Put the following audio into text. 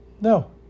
no